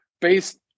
based